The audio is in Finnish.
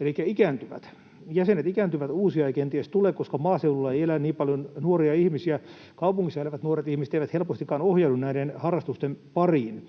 elikkä ikääntyvät. Jäsenet ikääntyvät, uusia ei kenties tule, koska maaseudulla ei elä niin paljon nuoria ihmisiä. Kaupungissa elävät nuoret ihmiset eivät helpostikaan ohjaudu näiden harrastusten pariin,